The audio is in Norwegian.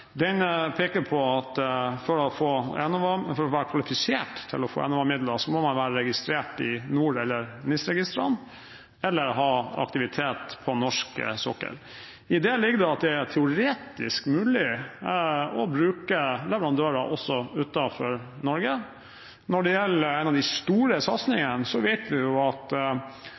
få Enova-midler må man være registrert i NOR- eller NIS-registeret eller ha aktivitet på norsk sokkel. I det ligger det at det er teoretisk mulig å bruke leverandører også utenfor Norge. Når det gjelder en av de store satsingene, vet vi at